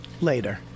later